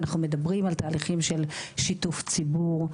אנחנו מדברים על תהליכים של שיתוף ציבור,